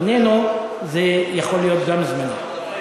"איננו" זה יכול להיות גם זמני.